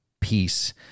peace